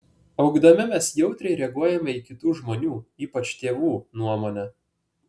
augdami mes jautriai reaguojame į kitų žmonių ypač tėvų nuomonę